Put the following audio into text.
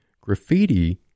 graffiti